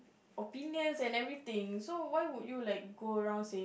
opinions and everything so why would like go around say